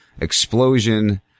explosion